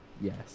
Yes